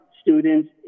students